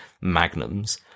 magnums